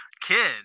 Kid